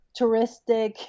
touristic